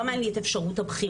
למה אין לי את אפשרות הבחירה?